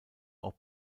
auch